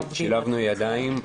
שילבנו ידיים,